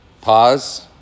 pause